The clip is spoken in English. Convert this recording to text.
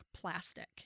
plastic